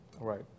Right